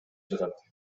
жатат